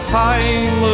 time